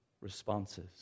responses